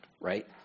right